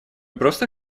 просто